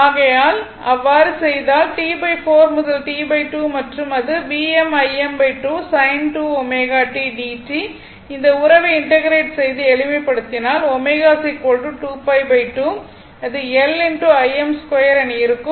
ஆகையால் அவ்வாறு செய்தால் T 4 முதல் T 2 மற்றும் அது Vm Im2 sin 2 ω t dt இந்த உறவை இன்டெக்ரேட் செய்து எளிமைப்படுத்தினால் ω 2π 2 அது L Im 2 என இருக்கும்